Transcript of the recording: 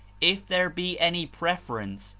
if there be any preference,